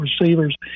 receivers